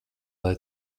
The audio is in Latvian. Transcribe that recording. lai